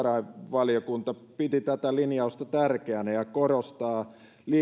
myös valtiovarainvaliokunta piti tätä linjausta tärkeänä ja korostaa liikunnan